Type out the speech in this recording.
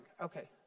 Okay